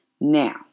now